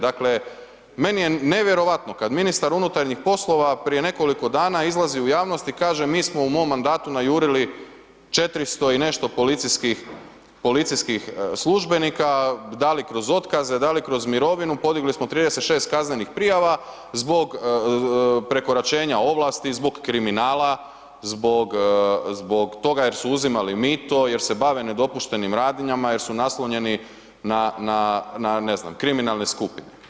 Dakle, meni je nevjerovatno kad ministar unutarnjih poslova prije nekoliko dana izlazi u javnost i kaže mi smo u mom mandatu najurili 400 i nešto policijskih službenika, da li kroz otkaze, da li kroz mirovinu, podigli smo 36 kaznenih prijava zbog prekoračenja ovlasti, zbog kriminala, zbog toga jer su uzimali mito, jer se bave nedopuštenim radnjama, jer su naslonjeni na ne znam, kriminalne skupine.